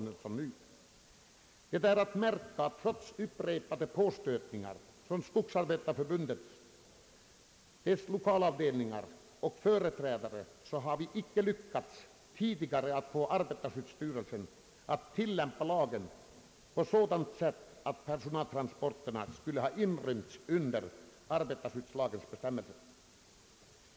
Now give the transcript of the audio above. Det är att märka att trots upprepade påstötningar från Skogsarbetareförbundet, dess lokalavdelningar och företrädare har vi inte lyckats tidigare att få arbetarskyddsstyrelsen att tillämpa lagen på ett sådant sätt att personaltransporterna inrymts under arbetarskyddslagens bestämmelser.